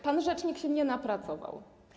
Pan rzecznik się nie napracował.